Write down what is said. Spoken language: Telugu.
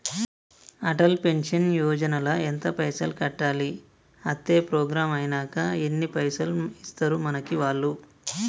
అటల్ పెన్షన్ యోజన ల ఎంత పైసల్ కట్టాలి? అత్తే ప్రోగ్రాం ఐనాక ఎన్ని పైసల్ ఇస్తరు మనకి వాళ్లు?